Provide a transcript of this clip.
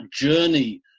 journey